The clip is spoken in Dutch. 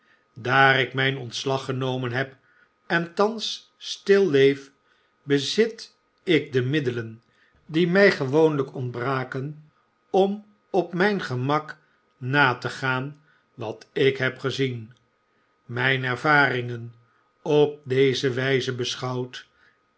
daar ik mfln ontslag genomen heb enthans stil leef bezit ik de middelen die my gewoonljjk ontbraken om op mgn gemak na te gaanwat ik heb gezien mfln ervaringen op deze wijze beschouwd